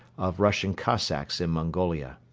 of russian cossacks in mongolia.